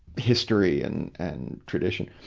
history, and, and tradition.